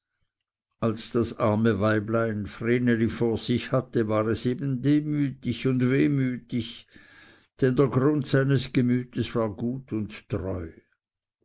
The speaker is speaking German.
als das arme weiblein vreneli vor sich hatte war es eben demütig und wehmütig denn der grund seines gemütes war gut und treu